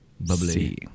Bubbly